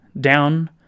down